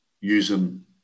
using